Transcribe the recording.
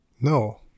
No